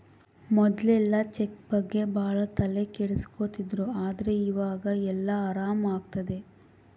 ಮೊದ್ಲೆಲ್ಲ ಚೆಕ್ ಬಗ್ಗೆ ಭಾಳ ತಲೆ ಕೆಡ್ಸ್ಕೊತಿದ್ರು ಆದ್ರೆ ಈವಾಗ ಎಲ್ಲ ಆರಾಮ್ ಆಗ್ತದೆ